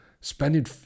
spending